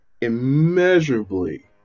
immeasurably